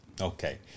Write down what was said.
Okay